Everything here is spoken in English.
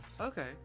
Okay